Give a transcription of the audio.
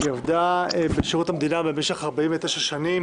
היא עבדה בשירות המדינה במשך 49 שנים,